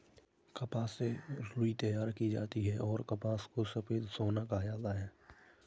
कपास से रुई तैयार की जाती हैंऔर कपास को सफेद सोना कहा जाता हैं